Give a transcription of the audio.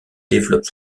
développe